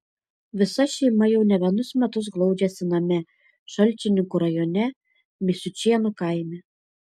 visa šeima jau ne vienus metus glaudžiasi name šalčininkų rajone misiučėnų kaime